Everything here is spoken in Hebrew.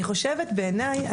בעיניי,